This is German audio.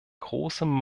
großem